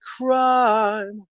crime